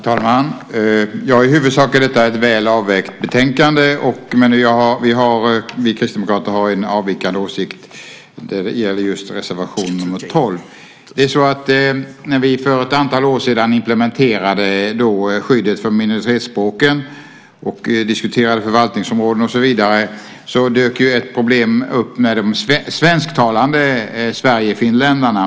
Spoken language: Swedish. Herr talman! I huvudsak är detta ett väl avvägt betänkande, men vi kristdemokrater har en avvikande åsikt. Det gäller reservation 12. När vi för ett antal år sedan implementerade skyddet för minoritetsspråken och diskuterade förvaltningsområden och så vidare dök ett problem upp med de svensktalande Sverigefinländarna.